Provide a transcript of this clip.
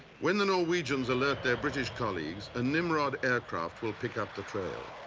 when the norwegians alert their british colleagues, a nimrod aircraft will pick up the trail.